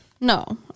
No